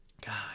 god